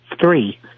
three